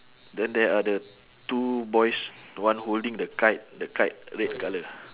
then there are the two boys one holding the kite the kite red colour